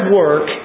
work